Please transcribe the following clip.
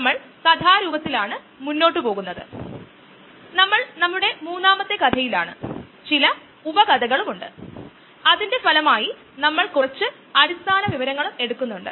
തീർച്ചയായും ഇത് വളരെ ലളിതമായ ഒരു സംവിധാനമാണ് പ്രതീക്ഷിച്ചതുപോലെ എൻസൈമാറ്റിക് പ്രതിപ്രവർത്തനങ്ങൾക്ക് മറ്റ് പല തരത്തിലുള്ള സംവിധാനങ്ങളും നിലവിലുണ്ട്